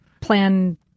plan